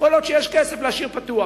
כל עוד יש כסף, להשאיר פתוח.